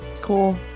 Cool